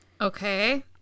Okay